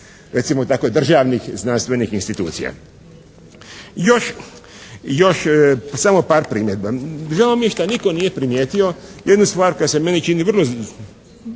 recimo tako državnih znanstvenih institucija. Još samo par primjedbi. Žao mi je što nitko nije primijetio jednu stvar koja se meni čini vrlo.